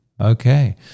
Okay